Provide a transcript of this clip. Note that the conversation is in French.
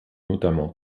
notamment